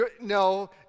No